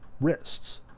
wrists